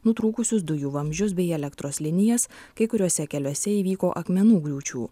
nutrūkusius dujų vamzdžius bei elektros linijas kai kuriuose keliuose įvyko akmenų griūčių